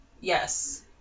Yes